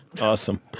Awesome